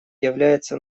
является